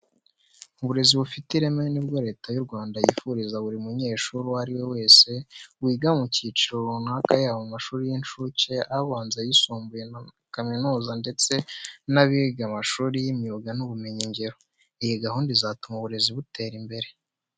Uburezi bufite ireme ni bwo Leta y'u Rwanda yifuriza buri munyeshuri uwo ari we wese wiga mu cyiciro runaka yaba mu mashuri y'incuke, abanza, ayisumbuye, kaminuza ndetse n'abiga mu mashuri y'imyuga n'ubumenyingiro. Iyi gahunda izatuma uburezi butera imbere.